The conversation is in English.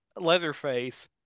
Leatherface